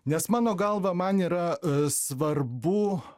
nes mano galva man yra svarbu